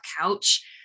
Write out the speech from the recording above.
couch